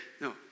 No